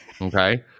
Okay